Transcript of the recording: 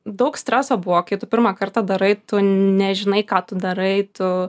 daug streso buvo kai tu pirmą kartą darai tu nežinai ką tu darai tu